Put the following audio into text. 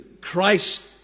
Christ